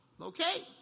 Okay